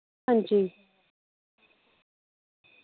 हां जी